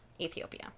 ethiopia